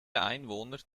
einwohner